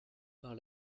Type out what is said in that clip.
par